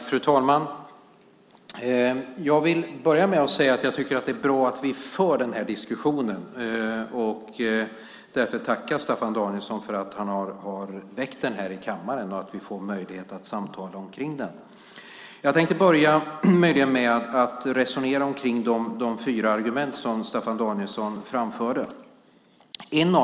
Fru talman! Jag vill börja med att säga att jag tycker att det är bra att vi för den här diskussionen. Därför tackar jag Staffan Danielsson för att han har väckt den här i kammaren och att vi får möjlighet att samtala omkring den. Jag tänkte börja med att resonera kring de fyra argument som Staffan Danielsson framförde.